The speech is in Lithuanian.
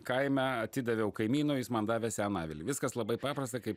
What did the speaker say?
kaime atidaviau kaimynui jis man davė seną avilį viskas labai paprasta kaip